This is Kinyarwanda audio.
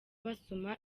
basoma